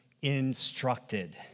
instructed